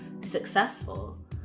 successful